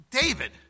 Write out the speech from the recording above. David